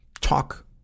talk